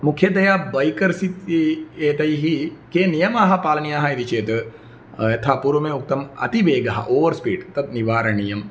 मुख्यतया बैकर्स् इति एतैः के नियमाः पालनीयाः इति चेत् यथा पूर्वमेव उक्तम् अतिवेगः ओवर् स्पीड् तत् निवारणीयम्